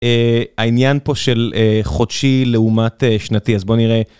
העניין פה של חודשי לעומת שנתי, אז בוא נראה.